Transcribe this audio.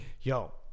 Yo